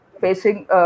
facing